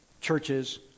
churches